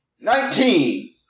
Nineteen